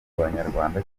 abanyarwanda